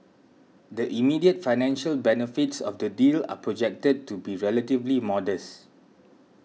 the immediate financial benefits of the deal are projected to be relatively modest